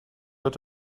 wird